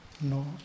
No